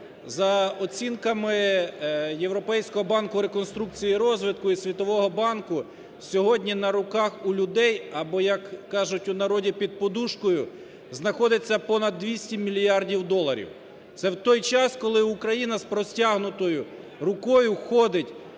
За оцінками Європейського банку реконструкцій і розвитку, і Світового банку сьогодні на руках у людей або, як кажуть у народі, під подушкою, знаходиться понад 200 мільярдів доларів. Це в той час, коли Україна з простягнутою рукою ходить